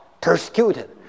persecuted